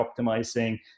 optimizing